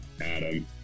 Adam